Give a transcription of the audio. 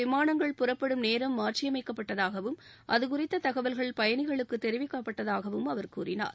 விமானங்கள் புறப்படும் நேரம் மாற்றியமைக்கப்பட்டதாகவும் அதுகுறித்த தகவல்கள் பயணிகளுக்கு தெரிவிக்கப்பட்டதாகவும் அவர் கூறினார்